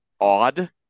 odd